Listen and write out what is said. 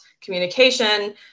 communication